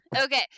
Okay